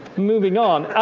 moving on.